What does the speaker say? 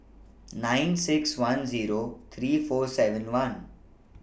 nine six one Zero three four seven one